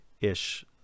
ish